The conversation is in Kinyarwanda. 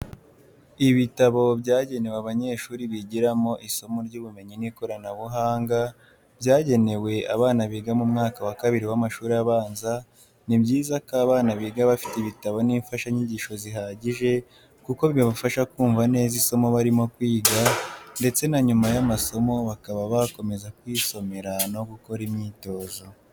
Ibitabo byanegewe abanyeshuri bigiramo isomo ry'ubumenyi n'ikoranabuhanga, byagenewe abana biga mu mwaka wa kabiri w'amashuri abanza ni byiza ko abana biga bafite ibitabo n'imfashanyigisho zihagije kuko bibafasha kumva neza isomo barimo kwiga, ndetse na nyuma y'amasomo bakaba bakomeza kwisomera no gukora imyitozo .